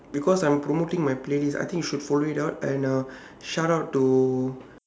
because i'm promoting my playlist I think you should follow it out and uh shout out to